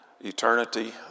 eternity